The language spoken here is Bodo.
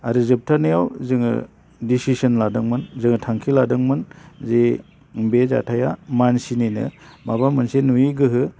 आरो जोबथारनायाव जोङो डिसिश'न लादोंमोन जोङो थांखि लादोंमोन जे बे जाथाया मानसिनिनो माबा मोनसे नुयि गोहो